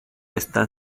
están